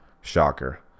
Shocker